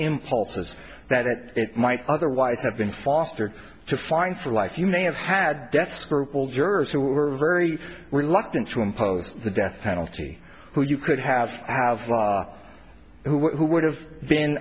impulses that it might otherwise have been fostered to fine for life you may have had death scruple jurors who were very reluctant to impose the death penalty who you could have have who would have been